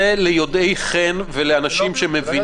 זה ליודעי חן ואנשים שמבינים.